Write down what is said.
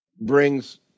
brings